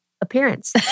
appearance